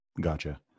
gotcha